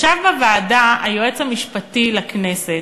ישב בוועדה היועץ המשפטי לכנסת,